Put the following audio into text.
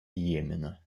йемена